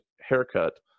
haircut